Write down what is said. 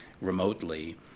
remotely